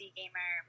gamer